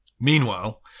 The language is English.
Meanwhile